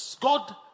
God